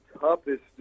toughest